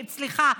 סליחה,